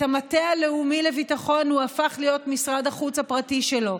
את המטה הלאומי לביטחון הוא הפך להיות משרד החוץ הפרטי שלו.